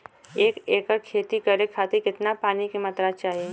एक एकड़ खेती करे खातिर कितना पानी के मात्रा चाही?